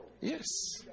Yes